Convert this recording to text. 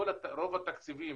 רוב התקציבים